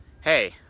hey